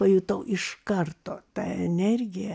pajutau iš karto tą energiją